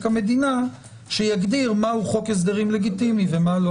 המדינה שיגדיר מהו חוק הסדרים לגיטימי ומה לא